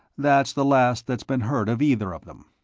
that's the last that's been heard of either of them.